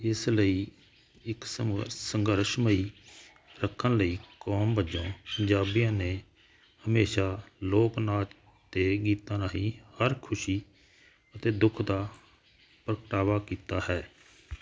ਇਸ ਲਈ ਇਕ ਸੰਘਰਸ਼ਮਈ ਰੱਖਣ ਲਈ ਕੌਮ ਵਜੋਂ ਪੰਜਾਬੀਆਂ ਨੇ ਹਮੇਸ਼ਾ ਲੋਕ ਨਾਥ ਤੇ ਗੀਤਾ ਰਾਹੀ ਹਰ ਖੁਸ਼ੀ ਤੇ ਦੁੱਖ ਦਾ ਪ੍ਰਗਟਾਵਾ ਕੀਤਾ ਹੈ